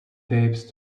tapes